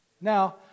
Now